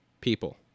people